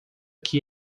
que